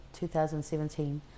2017